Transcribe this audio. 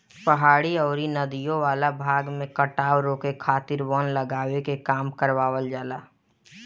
पहाड़ी अउरी नदियों वाला भाग में कटाव रोके खातिर वन लगावे के काम करवावल जाला